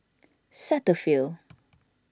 Cetaphil